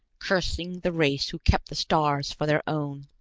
cursing the race who kept the stars for their own.